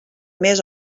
més